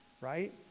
Right